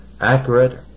accurate